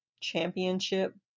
Championship